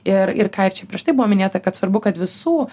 ir ir ką čia ir prieš tai buvo minėta kad svarbu kad visų